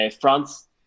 France